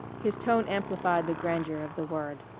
his tone amplified the grandeur of the word.